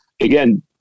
Again